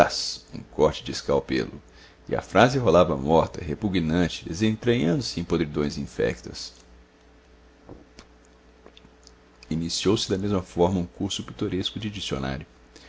zás um corte de escalpelo e a frase rolava morta repugnante desentranhando se em podridões infectas iniciou da mesma forma um curso pitoresco de dicionário